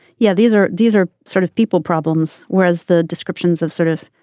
yeah. these are these are sort of people problems whereas the descriptions of sort of